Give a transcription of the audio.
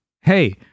Hey